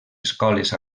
escoles